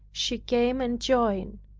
she came and joined.